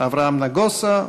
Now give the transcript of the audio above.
אברהם נגוסה,